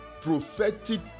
prophetic